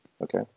Okay